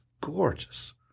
gorgeous